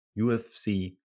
UFC